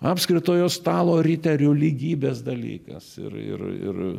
apskritojo stalo riterio lygybės dalykas ir ir ir